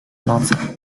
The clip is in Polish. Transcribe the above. noce